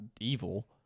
evil